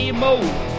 mode